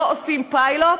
לא עושים פיילוט